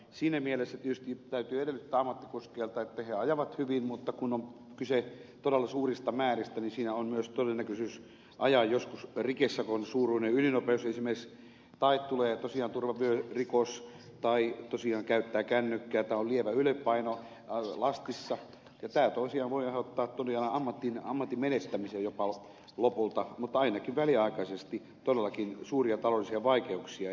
siinä mielessä tietysti täytyy edellyttää ammattikuskeilta että he ajavat hyvin mutta kun on kyse todella suurista määristä niin siinä on myös todennäköisyys ajaa joskus rikesakon suuruinen ylinopeus esimerkiksi tai tulee tosiaan turvavyörikos tai tosiaan käyttää kännykkää tai on lievä ylipaino lastissa ja tämä tosiaan voi aiheuttaa todella ammatin menettämisen jopa lopulta mutta ainakin väliaikaisesti todellakin suuria taloudellisia vaikeuksia